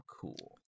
cool